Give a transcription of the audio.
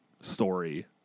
story